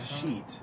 sheet